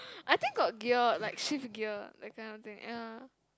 I think got gear like shift gear that kind of thing ya